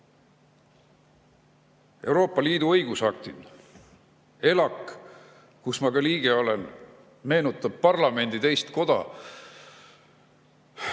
Euroopa Liidu õigusaktid. ELAK, kus ka mina liige olen, meenutab parlamendi teist koda.